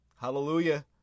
Hallelujah